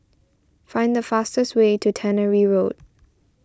find the fastest way to Tannery Road